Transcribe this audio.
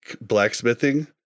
blacksmithing